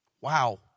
Wow